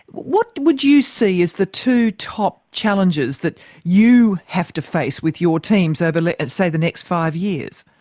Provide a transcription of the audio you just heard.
what would you see as the two top challenges that you have to face with your teams over, like and say, the next five years?